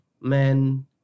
men